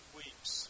weeks